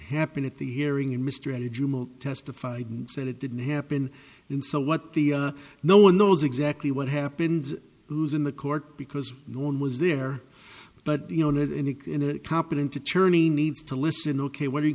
happen at the hearing and mr testified said it didn't happen and so what the no one knows exactly what happened in the court because no one was there but you know the competent attorney needs to listen ok what are you